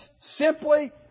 simply